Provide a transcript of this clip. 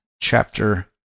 chapter